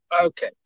Okay